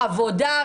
עבודה,